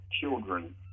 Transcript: children